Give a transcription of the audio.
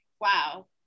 wow